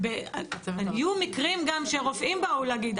היו מקרים גם שרופאים באו להגיד.